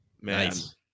Nice